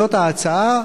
זאת ההצעה,